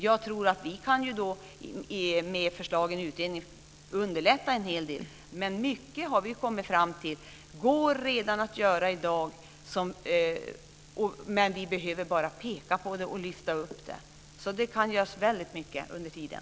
Jag tror att det med hjälp av förslagen från utredningen går att underlätta en hel del. Vi har kommit fram till att mycket kan göras redan i dag. Vi behöver bara peka på dessa saker och lyfta fram dem. Det kan göras mycket under tiden.